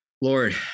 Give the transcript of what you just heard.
Lord